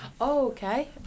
Okay